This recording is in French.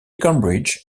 cambridge